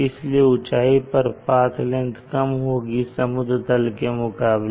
इसलिए ऊंचाई पर पाथ लेंगथ कम होगी समुद्र तल के मुकाबले